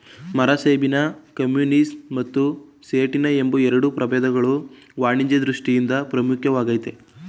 ಮರಸೇಬಿನ ಕಮ್ಯುನಿಸ್ ಮತ್ತು ಸೇಟಿನ ಎಂಬ ಎರಡು ಪ್ರಭೇದಗಳು ವಾಣಿಜ್ಯ ದೃಷ್ಠಿಯಿಂದ ಮುಖ್ಯವಾಗಯ್ತೆ